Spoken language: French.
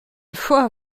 foi